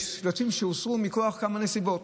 יש שלטים שהוסרו מכוח כמה נסיבות.